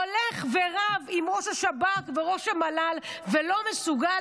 הולך ורב עם ראש השב"כ וראש המל"ל ולא מסוגל